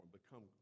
become